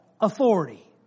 authority